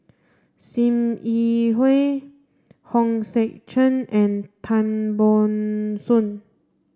Sim Yi Hui Hong Sek Chern and Tan Ban Soon